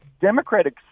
Democratic